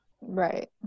right